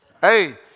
hey